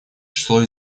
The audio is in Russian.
число